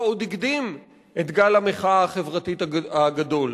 עוד הקדים את גל המחאה החברתית הגדול.